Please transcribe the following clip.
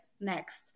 next